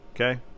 okay